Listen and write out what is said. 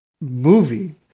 movie